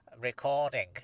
recording